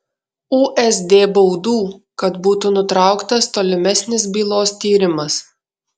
usd baudų kad būtų nutrauktas tolimesnis bylos tyrimas